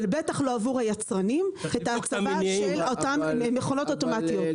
ובטח לא עבור היצרנים את ההצבה של אותן מכונות אוטומטיות.